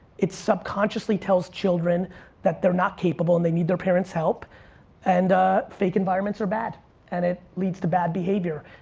it subconsciously tells children that they're not capable and they need their parents help and fake environments are bad and it leads to bad behavior.